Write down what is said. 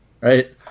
right